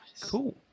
Cool